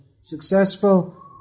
Successful